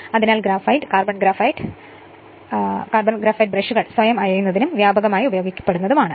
അതിനാൽ graphite carbon graphite ബ്രഷുകൾ സ്വയം അയയുന്നതും വ്യാപകമായി ഉപയോഗിക്കപ്പെടുന്നതുമാണ്